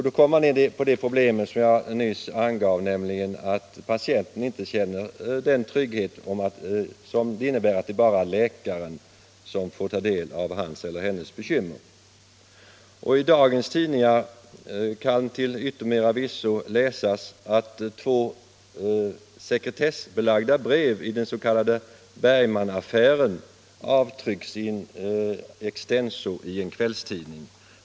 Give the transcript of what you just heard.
Då kommer man in på det problem som jag nyss berörde, nämligen att patienten inte känner den trygghet som det innebär att bara läkaren får ta del av hans eller hennes bekymmer. I dagens tidningar kan till yttermera visso läsas att två sekretessbelagda brev i den s.k. Bergmanaffären avtryckts in extenso i en kviillstidning.